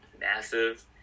massive